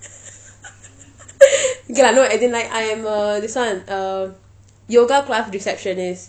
okay lah no as in like I am a this [one] uh yoga class receptionist